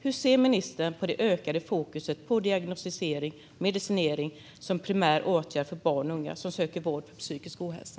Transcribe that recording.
Hur ser ministern på det ökade fokuset på diagnostisering och medicinering som primär åtgärd för barn och unga som söker vård för psykisk ohälsa?